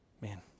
man